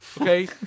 okay